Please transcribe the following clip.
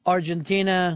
Argentina